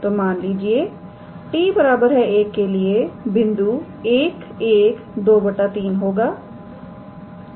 तो मान लीजिए 𝑡 1 के लिए बिंदु 11 2 3 होगा